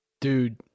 Dude